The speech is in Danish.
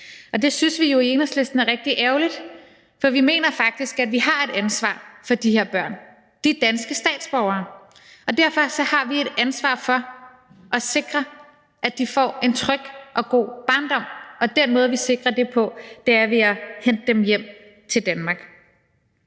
Og det synes vi jo i Enhedslisten er rigtig ærgerligt, for vi mener faktisk, at vi har et ansvar for de her børn – det er danske statsborgere. Derfor har vi et ansvar for at sikre, at de får en tryg og god barndom, og den måde, vi sikrer det på, er ved at hente dem hjem til Danmark.